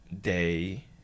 day